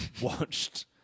watched